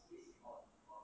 or